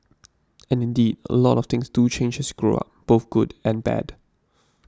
and indeed a lot of things do change as you grow up both good and bad